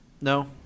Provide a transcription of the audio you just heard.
No